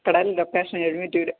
കട ലൊക്കേഷൻ എഴുമറ്റൂർ